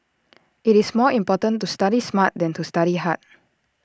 IT is more important to study smart than to study hard